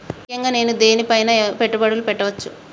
ముఖ్యంగా నేను దేని పైనా పెట్టుబడులు పెట్టవచ్చు?